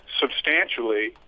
substantially